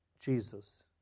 Jesus